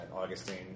Augustine